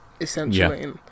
essentially